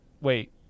Wait